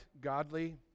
godly